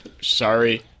Sorry